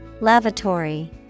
Lavatory